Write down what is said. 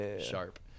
sharp